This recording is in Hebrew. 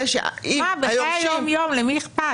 בחיי היום-יום, למי אכפת?